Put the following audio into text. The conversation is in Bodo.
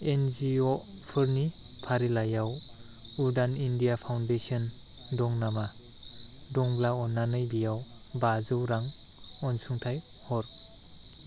एनजिअफोरनि फारिलाइयाव उडान इन्डिया फाउन्डेसना दं नामा दंब्ला अन्नानै बेयाव बाजौ रां अनसुंथाइ हर